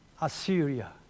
Assyria